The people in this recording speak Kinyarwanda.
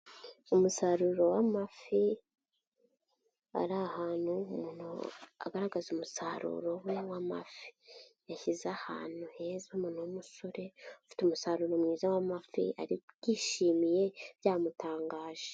Umusaruro w'amafi ari ahantu umuntu agaragaza umusaruro we w'amafi. Yashyize ahantu heza umuntu w'umusore, ufite umusaruro mwiza w'amafi, abyishimiye, byamutangaje.